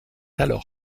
alors